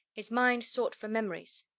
his mind sought for memories,